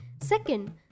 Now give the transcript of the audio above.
Second